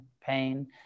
pain